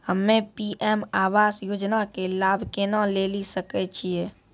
हम्मे पी.एम आवास योजना के लाभ केना लेली सकै छियै?